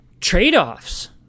trade-offs